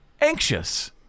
anxious